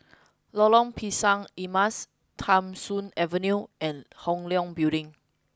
Lorong Pisang Emas Tham Soong Avenue and Hong Leong Building